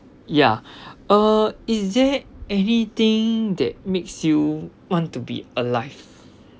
ya uh is there anything that makes you want to be alive